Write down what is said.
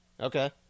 Okay